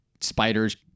Spiders